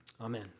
Amen